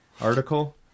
Article